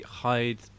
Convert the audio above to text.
hide